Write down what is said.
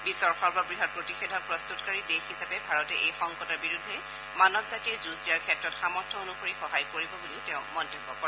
বিশ্বৰ সৰ্ববৃহৎ প্ৰতিষেধক প্ৰস্ততকাৰী দেশ হিচাপে ভাৰতে এই সংকটৰ বিৰুদ্ধে মানৱ জাতিয়ে যুঁজ দিয়াৰ ক্ষেত্ৰত সামৰ্থ অনুসৰি সহায় কৰি বুলি তেওঁ মন্তব্য কৰে